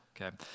okay